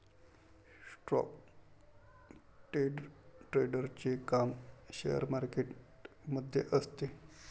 stock ट्रेडरचे काम share market मध्ये असते